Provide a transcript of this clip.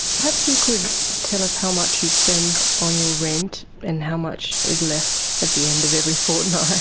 perhaps you could tell us how much you spend on your rent and how much is left at the end of every fortnight?